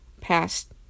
past